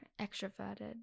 extroverted